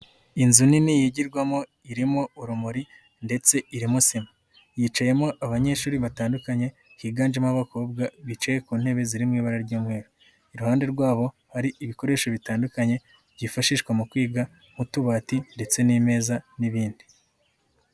Inzu nini yigirwamo irimo urumuri ndetse irimo sima yicayemo abanyeshuri batandukanye higanjemo abakobwa bicaye ku ntebe ziri mu ibara ry'umumweru, iruhande rwabo hari ibikoresho bitandukanye byifashishwa mu kwiga nk'utubati ndetse n'imeza n'ibindi.